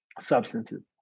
substances